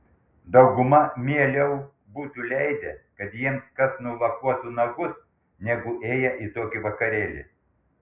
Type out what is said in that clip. dauguma mieliau būtų leidę kad jiems kas nulakuotų nagus negu ėję į tokį vakarėlį